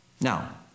Now